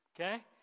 okay